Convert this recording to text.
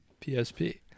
PSP